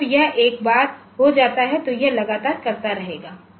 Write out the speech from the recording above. तो जब यह एक बार हो जाता है तो यह लगातार करता रहेगा